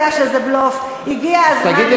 אני יודעת שזה בלוף, נו,